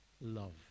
love